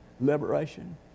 liberation